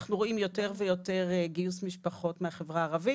אנחנו רואים יותר ויותר גיוס משפחות מהחברה הערבית.